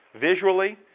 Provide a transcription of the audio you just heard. visually